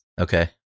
Okay